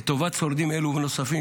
לטובת שורדים אלה ונוספים,